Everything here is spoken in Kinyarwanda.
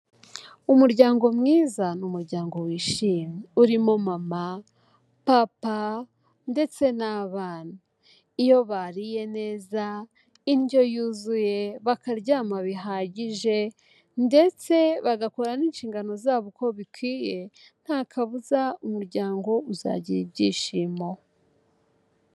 Umuryango mwiza ni umuryango wishimye, urimo mama, papa ndetse n'abana, iyo bariye neza indyo yuzuye bakaryama bihagije ndetse bagakora n'inshingano zabo uko bikwiye, nta kabuza umuryango uzagira ibyishimo.